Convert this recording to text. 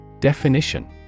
Definition